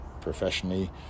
professionally